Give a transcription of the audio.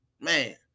Man